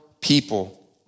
people